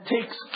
takes